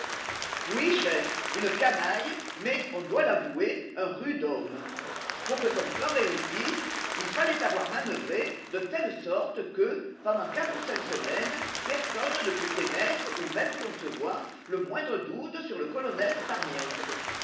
oui chef une canaille mais on doit l'avouer un rude homme pour que son plan réussît il fallait avoir manœuvré de telle sorte que pendant quatre ou cinq semaines personne ne pût émettre ou même concevoir le moindre doute sur le colonel